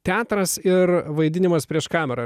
teatras ir vaidinimas prieš kamerą